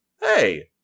Hey